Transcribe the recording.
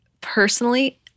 personally